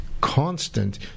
constant